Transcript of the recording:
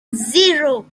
zero